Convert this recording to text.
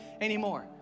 anymore